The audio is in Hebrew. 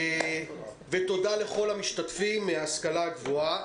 תודה לכל המשתתפים מההשכלה הגבוהה.